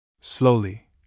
Slowly